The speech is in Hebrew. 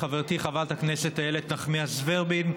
לחברתי חברת הכנסת איילת נחמיאס ורבין,